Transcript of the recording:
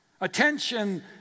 Attention